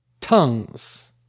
Tongues